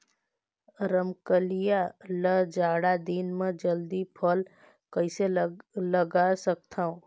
रमकलिया ल जाड़ा दिन म जल्दी फल कइसे लगा सकथव?